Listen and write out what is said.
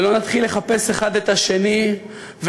ולא נתחיל לחפש אחד את השני ונתעקש,